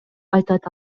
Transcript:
айтат